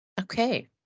Okay